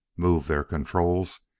moved their controls,